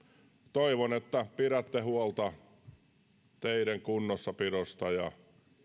toivon että pidätte huolta teiden kunnossapidosta ja